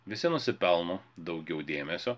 visi nusipelno daugiau dėmesio